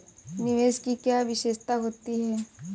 निवेश की क्या विशेषता होती है?